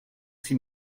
six